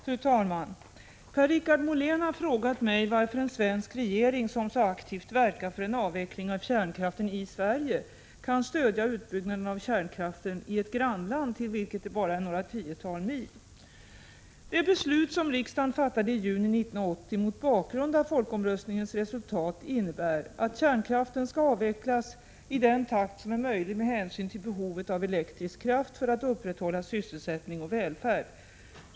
Fru talman! Per-Richard Molén har frågat mig varför en svensk regering, som så aktivt verkar för en avveckling av kärnkraften i Sverige, kan stödja utbyggnaden av kärnkraften i ett grannland, till vilket det bara är några tiotal mil. Det beslut som riksdagen fattade i juni 1980 mot bakgrund av folkomröstningens resultat innebär att kärnkraften skall avvecklas i den takt som är möjlig med hänsyn till behovet av elektrisk kraft för att upprätthålla sysselsättning och välfärd.